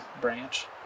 branch